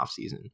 offseason